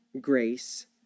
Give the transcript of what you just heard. grace